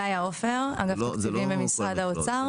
אני מאגף התקציבים במשרד האוצר.